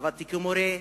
עבדתי כמורה,